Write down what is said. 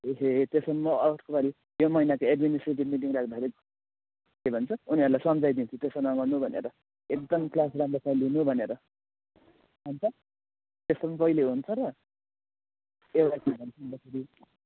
ए हे त्यसो हो भने म अर्को पालि यो महिनाको एडमिनिस्ट्रेटिभ मिटिङ राख्दाखेरि के भन्छ उनीहरूलाई सम्झाइदिन्छु त्यसो नगर्नु भनेर एकदम क्लास राम्रोसँग लिनु भनेर अन्त त्यस्तो पनि कहिले हुन्छ र एउटा